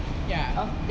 ya